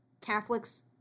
Catholics